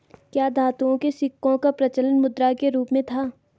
क्या धातुओं के सिक्कों का प्रचलन मुद्रा के रूप में था?